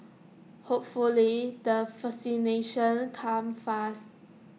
hopefully the vaccinations come fast